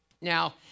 Now